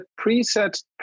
preset